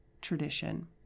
tradition